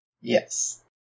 Yes